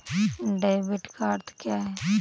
Debit का अर्थ क्या है?